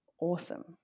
awesome